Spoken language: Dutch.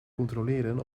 controleren